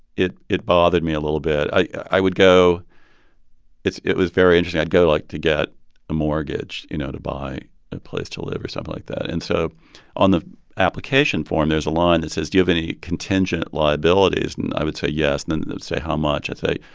it it bothered me a little bit. i would go it was very interesting. i'd go, like, to get a mortgage, you know, to buy a place to live or something like that. and so on the application form, there's a line that says, do you have any contingent liabilities? and i would say, yes. and then they'd say, how much? i'd say,